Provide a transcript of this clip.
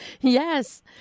Yes